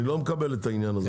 אני לא מקבל את העניין הזה.